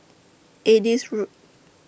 Adis Road